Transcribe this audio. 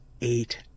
eight